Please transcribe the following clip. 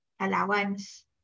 allowance